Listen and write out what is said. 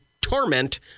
torment